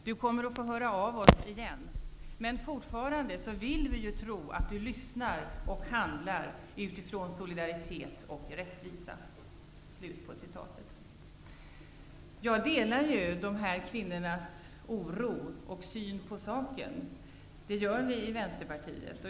Du kommer att få höra av oss igen. Men fortfarande vill vi tro att du lyssnar och handlar utefter solidaritet och rättvisa.'' Jag delar dessa kvinnors oro och syn på saken. Det gör vi i Vänsterpartiet.